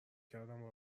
کردم